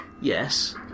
yes